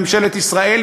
ממשלת ישראל,